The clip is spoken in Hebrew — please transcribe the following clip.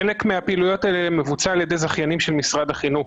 חלק מהפעילויות האלה מבוצע על ידי זכיינים של משרד החינוך.